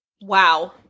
Wow